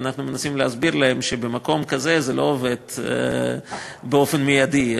ואנחנו מנסים להסביר להם שבמקום כזה זה לא עובד באופן מיידי,